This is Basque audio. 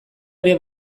ere